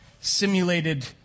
Simulated